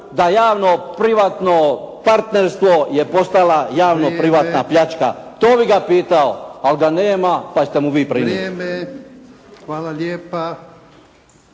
da javno-privatno partnerstvo je postala javno-privatna pljačka. To bi ga pitao, ali ga nema pa ćete mu vi prenijeti.